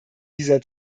dieser